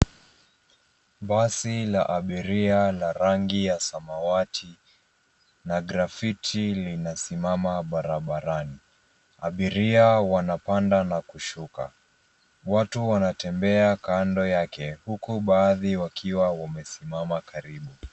Basi la abiria la rangi ya samawati na graffiti linasimama barabarani. Abiria wanapanda na kushuka, watu wanatembea kando yake huku baadhi wakiwa wamesimama karibu .